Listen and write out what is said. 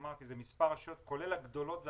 אמרתי: זה מספר רשויות, כולל הגדולות והחזקות,